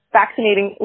vaccinating